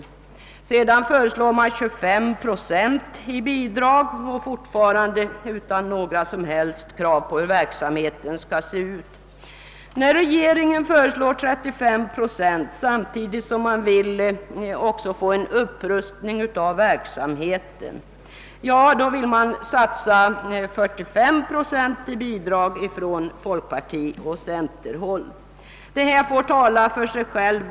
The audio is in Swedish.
Därefter föreslog folkpartiet 25 procent i statsbidrag, fortfarande utan några som helst krav på verksamhetens utformning. När regeringen nu föreslår ett statsbidrag om 35 procent samtidigt som man också vill få till stånd en upprustning av verksamheten, då vill folkpartiet och centerpartiet satsa 45 procent i statsbidrag. Detta handlande får tala för sig självt.